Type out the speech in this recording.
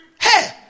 Hey